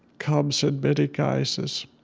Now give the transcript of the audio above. comes in many guises.